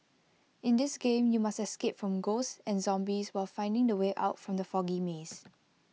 in this game you must escape from ghosts and zombies while finding the way out from the foggy maze